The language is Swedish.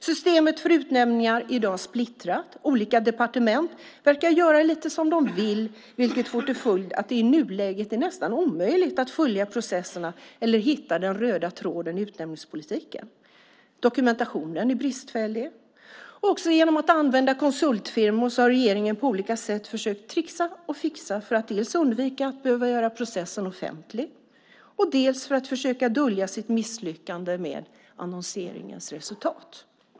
Systemet för utnämningar är i dag splittrat. Olika departement verkar göra lite som de vill, vilket får till följd att det i nuläget är nästan omöjligt att följa processerna eller att hitta den röda tråden i utnämningspolitiken. Dokumentationen är bristfällig. Också genom att använda konsultfirmor har regeringen på olika sätt försökt tricksa och fixa för att dels undvika att behöva göra processen offentlig, dels försöka dölja sitt misslyckande med annonseringens resultat.